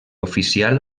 oficial